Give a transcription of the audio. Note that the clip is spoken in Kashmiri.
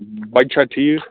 بَچہِ چھا ٹھیٖک